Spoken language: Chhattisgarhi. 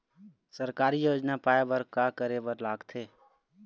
सरकारी योजना पाए बर का करे बर लागथे?